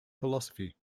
philosophy